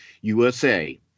USA